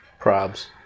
Probs